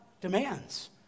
demands